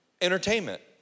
entertainment